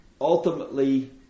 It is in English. ultimately